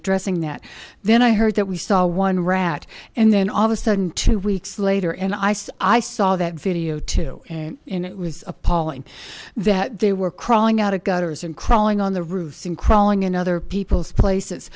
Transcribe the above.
addressing that then i heard that we saw one rat and then all of a sudden two weeks later and i saw i saw that video too and it was appalling that they were crawling out of gutters and crawling on the roofs in crawling in other people's places